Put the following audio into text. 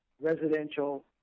residential